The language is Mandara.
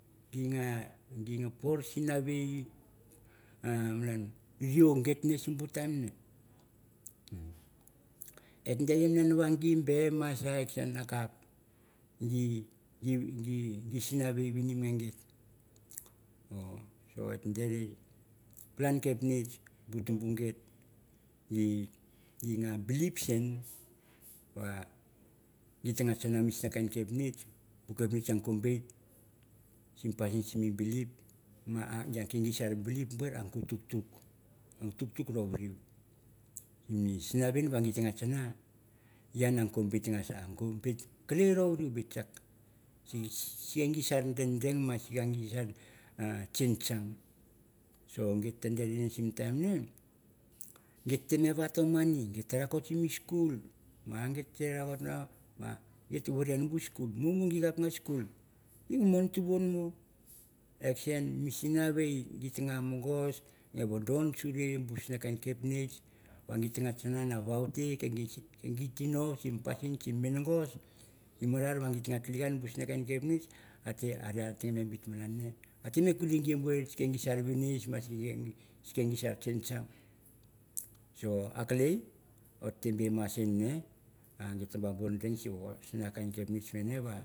Gina gina por sinave oh malan yufu sime time ne ne dere malan ge be masa ek sen a kud ge sinave winim na git et dere palan kepnich bu tumbu se git de ta bilid sinave git te bo kawina misina kain kreu bit apnichare tem bu bit sim pasin sin bilip ma are kengi our are ko tuktuk, o are tuktuk ro rem musna vin ge sim ge sim no kanga tanga bit. A sim no bit ro reu bitdeng kak, sen ge sa dengdeng ve ge sa kinkang. so coit ve dor sim mi time ne git ta yel vation moni git te rakot sim skul. Na git te rakot na gita vorei gan mu skul. mumu ge sa dengdeng ve ge sa dengdeng ve g sa kinkang. so git ve dore sim mi time ne git ta yel. vation moni git te rakot sim skul na git te rakot skul ge mon tukun uo excen mi cinave oita mongos ve vadon share bo sina kain dapnichva git ba changa na wotel ken ge tinor sim pasin sim pasin nonogos immatar va ge tilikaran misva kain pasin a tem nor kuli gut sim ge vanic na sim ge vanic na sim ge chinohangu, so a klelei or tem mas in ne. git ta ve den sivor.